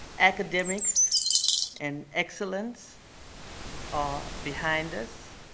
academics and excellence are behind us.